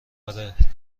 آره